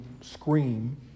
scream